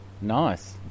Nice